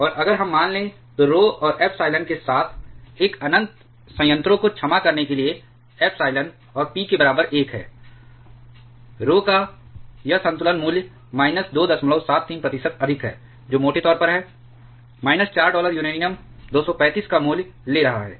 और अगर हम मान लें तो rho और एप्सिलॉन के साथ एक अनंत संयंत्रों को क्षमा करने के लिए एप्सिलॉन और p के बराबर 1 है RHO का यह संतुलन मूल्य माइनस 273 प्रतिशत अधिक है जो मोटे तौर पर है माइनस 4 डॉलर यूरेनियम 235 का मूल्य ले रहा है